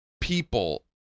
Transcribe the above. people